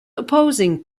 opposing